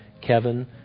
Kevin